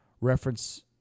reference